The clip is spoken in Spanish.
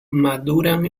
maduran